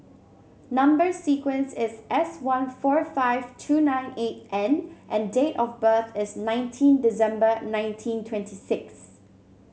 number sequence is S one four five two nine eight N and date of birth is nineteen December nineteen twenty six